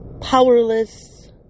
powerless